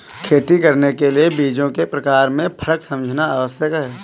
खेती करने के लिए बीजों के प्रकार में फर्क समझना आवश्यक है